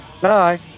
Bye